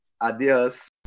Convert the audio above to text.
Adios